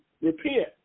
repent